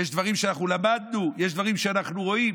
יש דברים שאנחנו למדנו, יש דברים שאנחנו רואים.